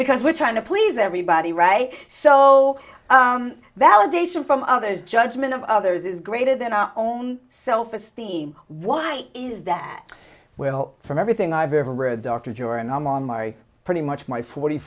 because we're trying to please everybody right so validation from others judgment of others is greater than our own self esteem why is that well from everything i've ever read dr joy and i'm on my pretty much my forty